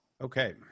Okay